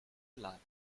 lati